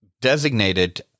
designated